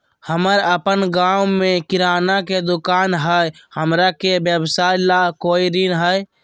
हमर अपन गांव में किराना के दुकान हई, हमरा के व्यवसाय ला कोई ऋण हई?